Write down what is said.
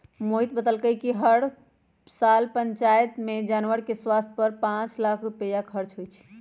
मोहित बतलकई कि हर साल पंचायत में जानवर के स्वास्थ पर पांच लाख रुपईया खर्च होई छई